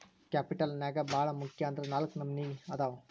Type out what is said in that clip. capital ನ್ಯಾಗ್ ಭಾಳ್ ಮುಖ್ಯ ಅಂದ್ರ ನಾಲ್ಕ್ ನಮ್ನಿ ಅದಾವ್